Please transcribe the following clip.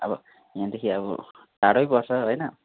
अब यहाँदेखि अब टाढै पर्छ होइन